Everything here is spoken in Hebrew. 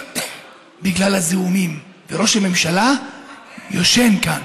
בגלל הזיהומים, וראש הממשלה ישן כאן.